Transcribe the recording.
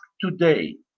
today